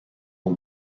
aux